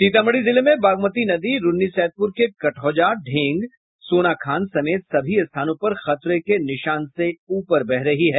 सीतामढ़ी जिले में बागमती नदी रून्नीसैदपुर के कटौझा ढेंग सोनाखान समेत सभी स्थानों पर खतरे के निशान से ऊपर बह रही है